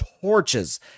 torches